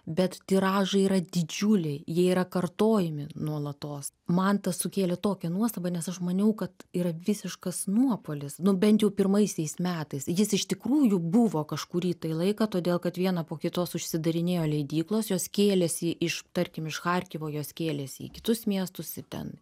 bet tiražai yra didžiuliai jie yra kartojami nuolatos man tas sukėlė tokią nuostabą nes aš maniau kad yra visiškas nuopuolis nu bent jau pirmaisiais metais jis iš tikrųjų buvo kažkurį laiką todėl kad viena po kitos užsidarinėjo leidyklos jos kėlėsi iš tarkim iš charkovo jos kėlėsi į kitus miestus į ten